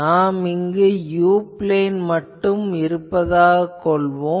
நாம் இங்கு u plane மட்டும் காண்போம்